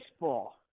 baseball